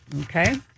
Okay